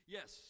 Yes